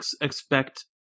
expect